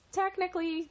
technically